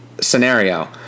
scenario